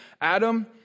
Adam